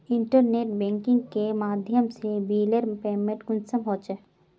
Internet banking के माध्यम से बिलेर पेमेंट कुंसम होचे?